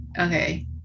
Okay